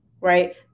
right